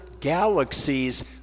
galaxies